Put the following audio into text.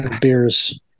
beers